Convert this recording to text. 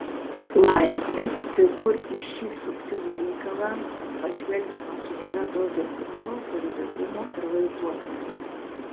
laimė kai kur ir į šį subtilų reikalą pažvelgiama su gera doze humoro kūrybingumo ir vaizduotės